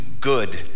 good